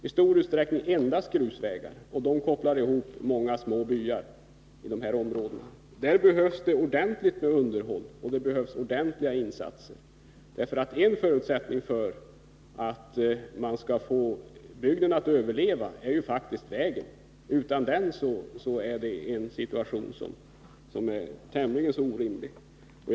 I stor utsträckning är det endast grusvägar, och de kopplar ihop många små byar i dessa områden. Där behövs ordentligt med underhåll, ordentliga insatser. En förutsättning för att man skall få bygden att överleva är ju faktiskt vägen. Utan den är det en tämligen orimlig situation.